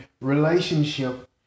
relationship